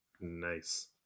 nice